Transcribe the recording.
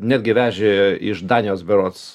netgi vežė iš danijos berods